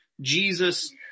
Jesus